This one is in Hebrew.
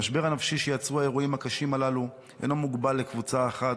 המשבר הנפשי שיצרו האירועים הקשים הללו אינו מוגבל לקבוצה אחת.